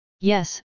yes